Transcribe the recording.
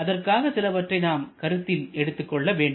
அதற்காக சிலவற்றை நாம் கருத்தில் எடுத்துக் கொள்ள வேண்டும்